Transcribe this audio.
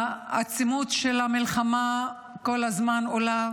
העצימות של המלחמה כל הזמן עולה,